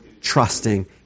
trusting